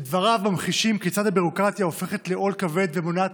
ודבריו ממחישים כיצד הביורוקרטיה הופכת לעול כבד ומונעת